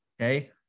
okay